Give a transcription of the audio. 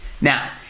Now